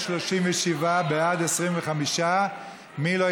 (תיקון, איסור הפלייה מחמת נטייה מינית),